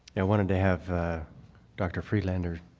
and wanted to have dr. friedlander